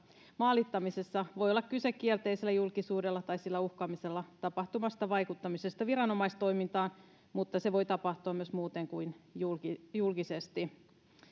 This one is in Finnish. maalittamisessa voi olla kyse kielteisellä julkisuudella tai sillä uhkaamisella tapahtuvasta vaikuttamisesta viranomaistoimintaan mutta se voi tapahtua myös muuten kuin julkisesti